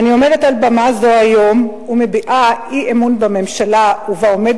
אני עומדת על במה זו היום ומביעה אי-אמון בממשלה ובעומד